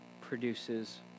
produces